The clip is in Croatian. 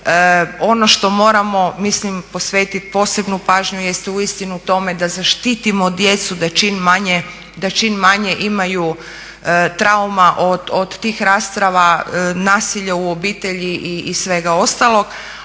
Ono što moramo mislim posvetiti posebnu pažnju jest uistinu u tome da zaštitimo djecu, da čim manje imaju trauma od tih rasprava, nasilja u obitelji i svega ostalog.